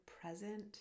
present